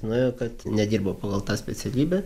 nuėjo kad nedirbau pagal tą specialybę